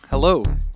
Hello